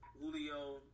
Julio